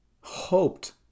hoped